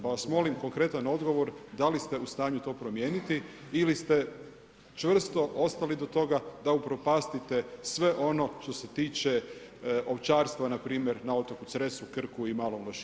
Pa vas molim konkretan odgovor da li ste u stanju to promijeniti ili ste čvrsto ostali do toga da upropastite sve ono što se tiče ovčarstva npr. na otoku Cresu, Krku i Malom Lošinju?